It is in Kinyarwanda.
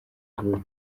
vuba